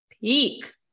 peak